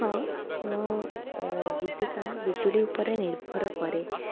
ହଁ ମୁଁ ଜୀବିକା ବିଜୁଳି ଉପରେ ନିର୍ଭର କରେ